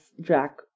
Jack